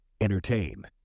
Entertain